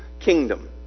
kingdom